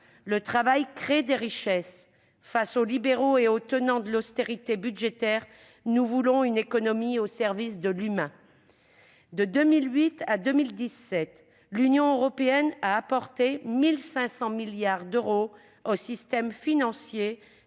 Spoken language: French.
le travail crée des richesses. Face aux libéraux et aux tenants de l'austérité budgétaire, nous voulons une économie au service de l'humain. De 2008 à 2017, l'Union européenne a apporté 1 500 milliards d'euros au système financier,